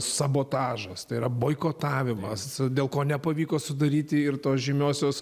sabotažas tai yra boikotavimas dėl ko nepavyko sudaryti ir tos žymiosios